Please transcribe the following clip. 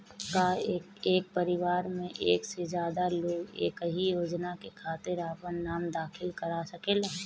का एक परिवार में एक से ज्यादा लोग एक ही योजना के खातिर आपन नाम दाखिल करा सकेला?